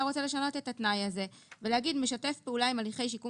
אתה רוצה לשנות את התנאי הזה ולהגיד משתף פעולה עם הליכי שיקום